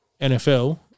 NFL